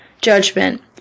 judgment